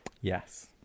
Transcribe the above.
Yes